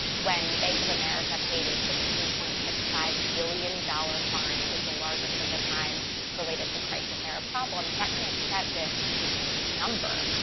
when bank of america paid a sixteen point six five billion dollars fine, it was the largest of the time related to crisis center and problems. that kind of set this number.